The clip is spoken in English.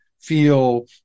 feel